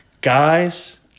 Guys